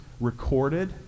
recorded